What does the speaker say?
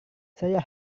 saya